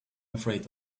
afraid